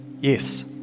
Yes